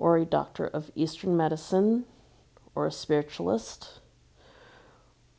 or a doctor of eastern medicine or a spiritualist